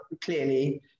clearly